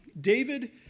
David